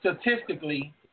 Statistically